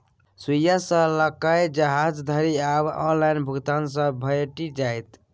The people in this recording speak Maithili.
सुईया सँ लकए जहाज धरि आब ऑनलाइन भुगतान सँ भेटि जाइत